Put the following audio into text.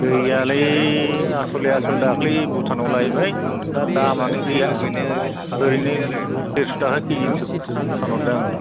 गैयालै आसोलै आसोल दाख्लै भुटानाव लायबाय दा दामानो गैया ओरैनो देरस' थाखा केजिनिसो फानहरदों आङो